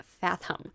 fathom